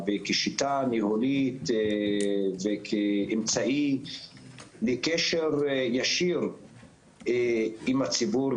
כשיטה ניהולית וכאמצעי לקשר ישיר עם הציבור.